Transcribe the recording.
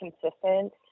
consistent